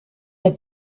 der